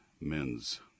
men's